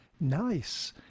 Nice